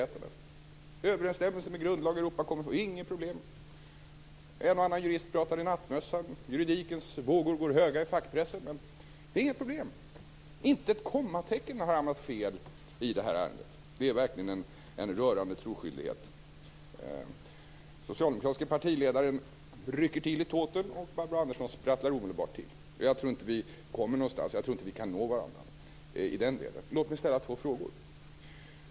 Det är överensstämmelse med grundlagen, Europakonventionen - inga problem. En och annan jurist pratar i nattmössan. Juridikens vågor går höga i fackpressen. Det är inget problem! Inte ett kommatecken har hamnat fel i det här ärendet. Det är verkligen en rörande troskyldighet. Socialdemokratiske partiledaren rycker till i tåten, och Barbro Andersson sprattlar omedelbart till. Jag tror inte att vi kommer någonstans, jag tror inte att vi kan nå varandra. Låt mig ställa två frågor.